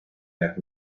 las